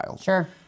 Sure